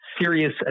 serious